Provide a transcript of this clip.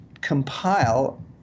compile